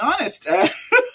honest